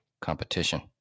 competition